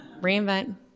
Reinvent